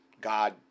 God